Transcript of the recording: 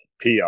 PR